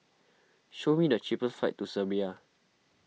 show me the cheapest flights to Serbia